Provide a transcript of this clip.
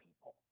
people